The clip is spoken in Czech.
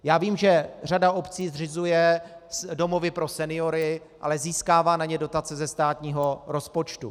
Já vím, že řada obcí zřizuje také domovy pro seniory, ale získává na ně dotace ze státního rozpočtu.